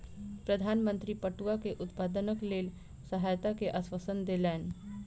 प्रधान मंत्री पटुआ के उत्पादनक लेल सहायता के आश्वासन देलैन